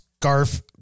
scarf